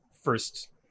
first